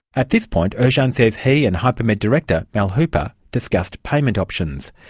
at this point ercan says he and hypermed director, mal hooper, discussed payment options.